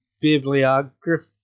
bibliography